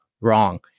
wrong